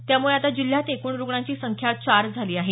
यामुळे आता जिल्ह्यात एकूण रूग्णांची संख्या चार झाली आहे